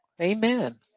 Amen